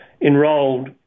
enrolled